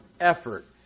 effort